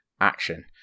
action